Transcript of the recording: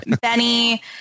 Benny